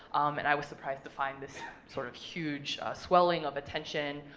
and i was surprised to find this sort of huge swelling of attention,